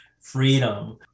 Freedom